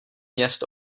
měst